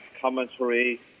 commentary